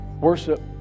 worship